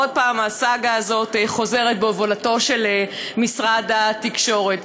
עוד פעם הסאגה הזאת חוזרת בהובלתו של משרד התקשורת.